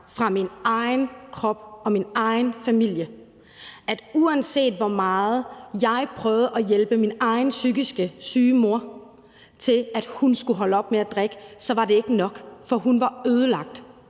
fra min egen krop og min egen familie, at uanset hvor meget jeg prøvede at hjælpe min egen psykisk syge mor til, at hun skulle holde op med at drikke, var det ikke nok, for hun var ødelagt